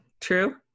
true